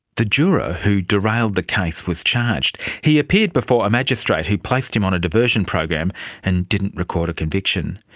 the juror who derailed the case was charged. he appeared before a magistrate who placed him on a diversion program and didn't record a conviction.